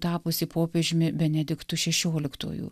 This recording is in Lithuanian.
tapusį popiežiumi benediktu šešioliktuoju